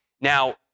Now